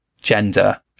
gender